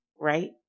Right